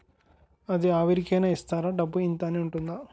అది అవరి కేనా ఇస్తారా? డబ్బు ఇంత అని ఉంటుందా?